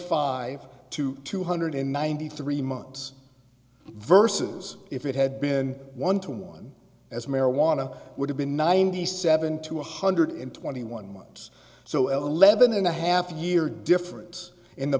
five to two hundred ninety three months versus if it had been one to one as marijuana would have been ninety seven to one hundred in twenty one months so a lebanon a half year difference in the